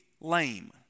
lame